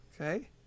Okay